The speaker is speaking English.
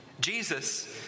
Jesus